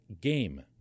game